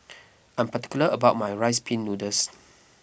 I am particular about my Rice Pin Noodles